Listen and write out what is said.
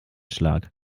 schlag